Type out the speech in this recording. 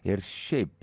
ir šiaip